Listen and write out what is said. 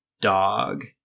dog